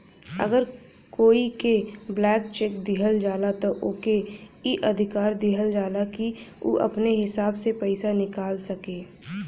अगर कोई के ब्लैंक चेक दिहल जाला त ओके ई अधिकार दिहल जाला कि उ अपने हिसाब से पइसा निकाल सके